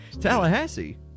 Tallahassee